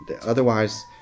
otherwise